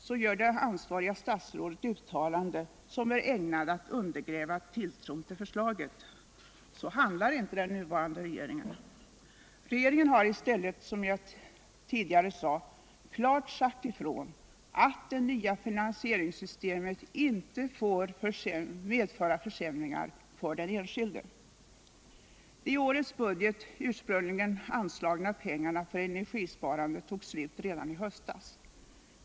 så gör det ansvariga statsrådet uttalanden som är ägnade att ”undergräva tilltron” tull förslaget. Så handlar inte den nuvarande regeringen. Regeringen har i stället, som jag tidigare sade. klart sagt ifrån att det nya finansieringssystemet inte får medföra försämringar för den enskilde. De i årets budget ursprungligen anslagna pengarna för energisparande tog slut redan i höstas.